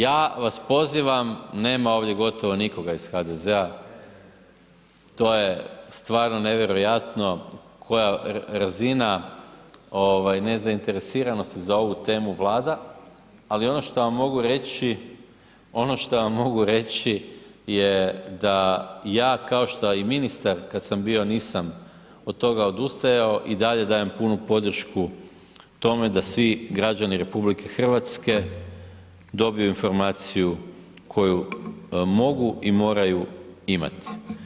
Ja vas pozivam, nema ovdje gotovo nikoga iz HDZ-a, to je stvarno nevjerojatno koja razina nezainteresiranosti za ovu temu vlada ali ono šta vam mogu reći je da ja kao što i ministar kad sam bio, nisam od toga odustajao, i dalje dajem punu podršku tome da svi građani RH dobiju informaciju koju mogu i moraju imati.